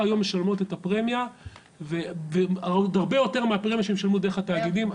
היום משלמות את הפרמיה ועוד הרבה יותר מהפרמיה שהן משלמות דרך התאגידים.